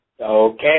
Okay